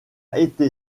été